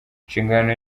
inshingano